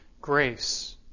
grace